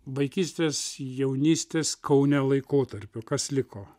vaikystės jaunystės kaune laikotarpių kas liko